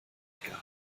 egal